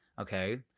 Okay